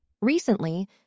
Recently